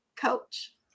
coach